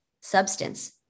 substance